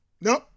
nope